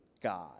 God